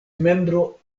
membro